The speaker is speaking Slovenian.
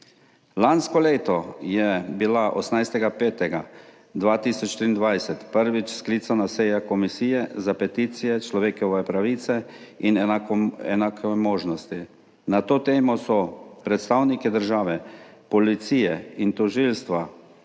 Lansko leto je bila 18. 5. 2023 prvič sklicana seja Komisije za peticije, človekove pravice in enake možnosti. Na to temo so predstavniki države, policije in tožilstva